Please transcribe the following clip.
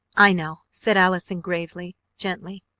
i know! said allison gravely, gently.